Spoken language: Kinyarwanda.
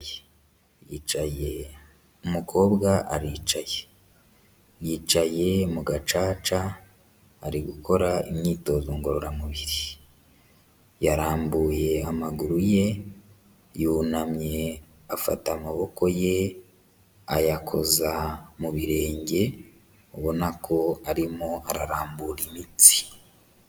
Hicaye umukobwa aricaye. Yicaye mu gacaca ari gukora imyitozo ngororamubiri. Yarambuye amaguru ye yunamye afata amaboko ye ayakoza mu birenge ubona ko arimo ararambura imitsi.